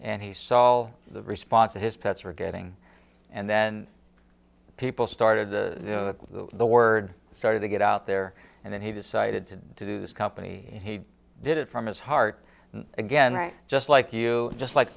and he saw all the response to his pets were getting and then people started the the word started to get out there and then he decided to deduce company he did it from his heart again just like you just like